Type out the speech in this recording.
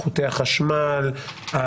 חוטי החשמל,